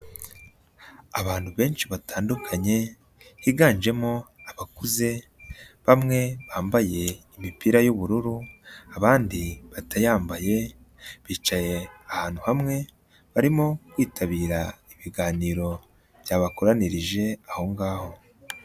Abantu benshi batandukanye, higanjemo abakuze, bamwe bambaye imipira y'ubururu, abandi batayambaye, bicaye ahantu hamwe, barimo kwitabira ibiganiro byabakoranirije aho ngaho.